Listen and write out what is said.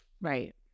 Right